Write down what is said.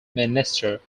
minister